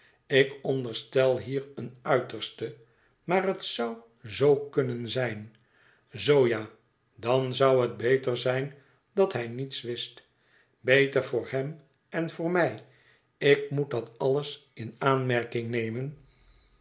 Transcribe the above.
ik onderstel hier een uiterste maar het zou zoo kunnen zijn zoo ja dan zou het beter zijn dat hij niets wist beter voor hem en voor mij ik moet dat alles in aanmerking nemen